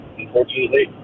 unfortunately